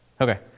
Okay